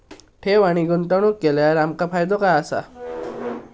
ठेव आणि गुंतवणूक केल्यार आमका फायदो काय आसा?